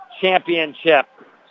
championship